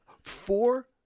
four